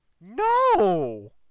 No